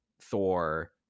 thor